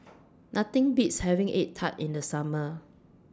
Nothing Beats having Egg Tart in The Summer